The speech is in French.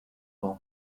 banc